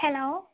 hello